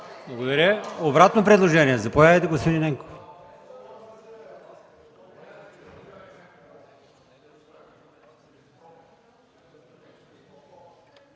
Благодаря